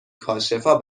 کاشفا